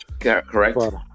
Correct